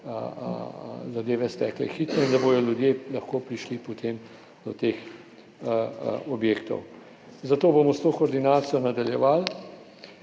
zadeve stekle hitro in da bodo ljudje lahko prišli potem do teh objektov. Zato bomo s to koordinacijo nadaljevali,